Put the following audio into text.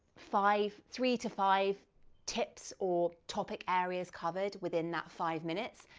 five, three to five tips or topic areas covered within that five minutes,